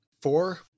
Four